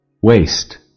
Waste